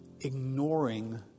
ignoring